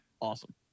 Awesome